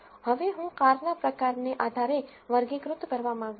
હવે હું કારના પ્રકારને આધારે વર્ગીકૃત કરવા માંગુ છું